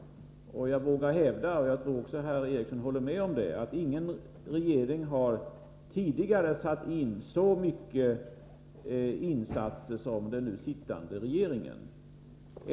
Jag vågar hävda — och det tror jag herr Eriksson håller med om — att ingen regering tidigare har satt in så stora åtgärder som den nu sittande regeringen.